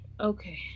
Okay